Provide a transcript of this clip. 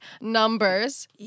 numbers